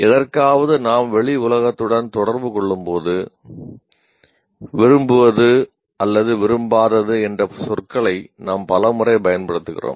எதற்காவது நாம் வெளி உலகத்துடன் தொடர்பு கொள்ளும்போது விரும்புவது அல்லது விரும்பாதது போன்ற சொற்களை நாம் பலமுறை பயன்படுத்துகிறோம்